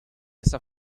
essa